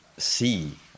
see